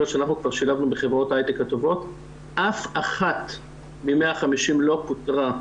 שכבר שלבנו בחברות ההייטק הטובות אף אחת מה-150 לא פוטרה,